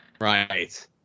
right